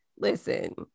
listen